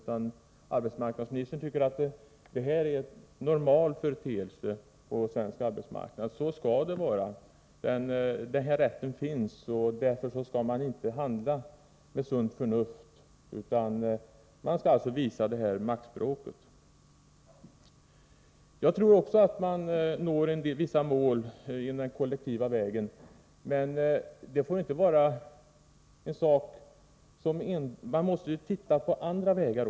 Hon tycker att de är normala företeelser på svensk arbetsmarknad och att det skall så vara. Hon tycks mena att facket har den här rätten, och därför skall man inte handla enligt sunt förnuft utan använda maktspråk. Jag tror att man uppnår vissa mål den kollektiva vägen, men man måste undersöka om det inte finns också andra vägar.